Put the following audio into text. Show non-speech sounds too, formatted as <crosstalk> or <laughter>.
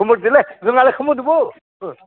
<unintelligible>